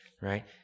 right